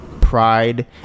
pride